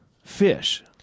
Fish